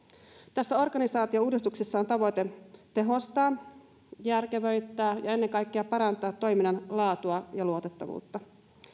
tässä organisaatiouudistuksessa tavoitteena on tehostaa järkevöittää ja ennen kaikkea parantaa toiminnan laatua ja luotettavuutta